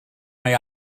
mae